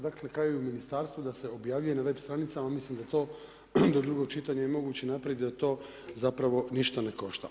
Dakle na kraju u ministarstvu da se objavljuje na web stranicama, mislim da je to do drugog čitanja i moguće napraviti, da je to zapravo ništa ne košta.